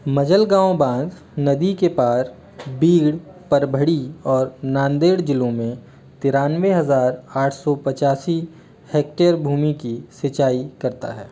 मजलगाँव बाँध नदी के पार बीड परभणी और नांदेड़ ज़िलों में तिरानवे हज़ार आठ सौ पचासी हेक्टेयर भूमि की सिंचाई करता है